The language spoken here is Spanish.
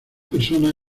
personas